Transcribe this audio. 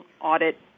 audit